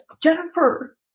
Jennifer